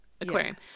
aquarium